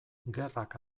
gerrak